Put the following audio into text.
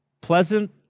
Pleasant